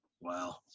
Wow